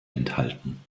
enthalten